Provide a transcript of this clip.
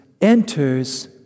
enters